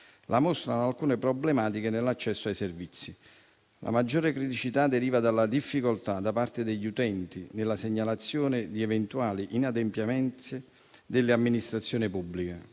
accentuato alcune problematiche nell'accesso ai servizi. La maggiore criticità deriva dalla difficoltà da parte degli utenti nella segnalazione di eventuali inadempienze delle amministrazioni pubbliche.